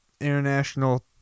international